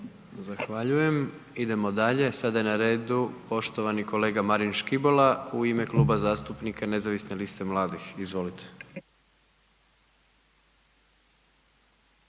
Zahvaljujem. Idemo dalje. Sada je na redu poštovani kolega Marin Škibola u ime Kluba zastupnika NLM. Izvolite.